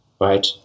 Right